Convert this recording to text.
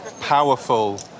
powerful